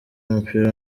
w’umupira